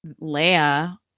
leia